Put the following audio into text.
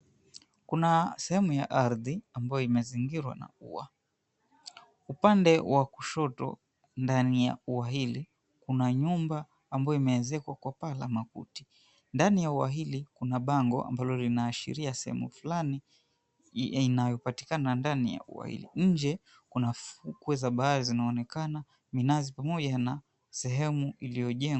Kuna sehemu ya ardhi ambayo imezingirwa na ua. Upande wa kushoto, ndani ya ua hili kuna nyumba ambayo imeezekwa kwa paa la makuti. Ndani ya ua hili, kuna bango ambalo linaashiria sehemu fulani inayopatikana ndani ya ua hili. Nje kuna ufukwe za bahari zinazoonekana minazi pamoja na sehemu iliyojengwa.